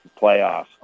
playoffs